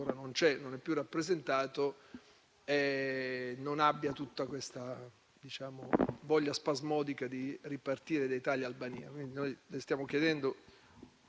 ora non è più rappresentato e non abbia la voglia spasmodica di ripartire da Italia-Albania.